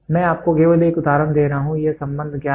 मैं आपको केवल एक उदाहरण दे रहा हूं यह संबंध ज्ञात है